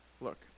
Look